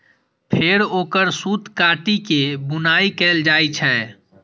फेर ओकर सूत काटि के बुनाइ कैल जाइ छै